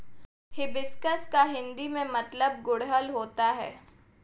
hibiscus का हिंदी में मतलब गुड़हल होता है